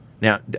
Now